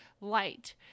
light